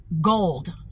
gold